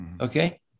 Okay